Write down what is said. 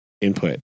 input